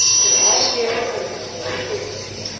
they eyed darrell furtively and curiously,